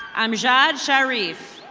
amjad sheriff.